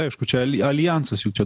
aišku čia aljansas jau čia